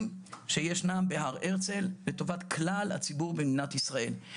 שישנם בהר הרצל לטובת כלל הציבור במדינת ישראל.